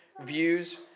views